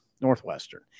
Northwestern